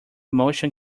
motion